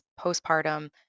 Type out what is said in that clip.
postpartum